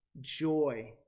joy